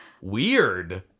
weird